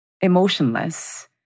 emotionless